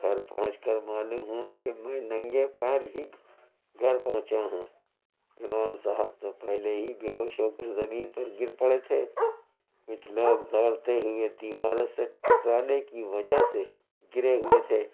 گھر پہنچ کر معلوم ہُوا کہ میں ننگے پیر ہی گھر پہنچا ہوں اِمام صاحب تو پہلے ہی بےہوش ہو کر زمین پر گر پڑے تھے کچھ لوگ دوڑتے ہوئے دیواروں سے ٹکرانے کی وجہ سے گرے ہوئے تھے